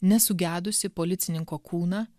nesugedusį policininko kūną